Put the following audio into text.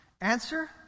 Answer